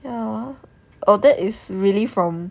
ya oh that is really from